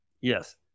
Yes